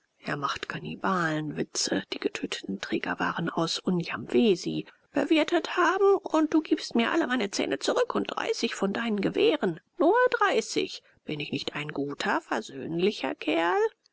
er macht kannibalenwitze die getöteten träger waren aus unjamwesi bewirtet haben und du gibst mir alle meine zähne zurück und dreißig von deinen gewehren nur dreißig bin ich nicht ein guter versöhnlicher kerl